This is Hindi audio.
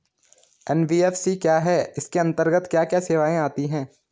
एन.बी.एफ.सी क्या है इसके अंतर्गत क्या क्या सेवाएँ आती हैं?